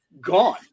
gone